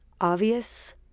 obvious